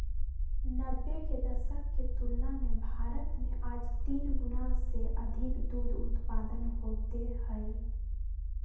नब्बे के दशक के तुलना में भारत में आज तीन गुणा से अधिक दूध उत्पादन होते हई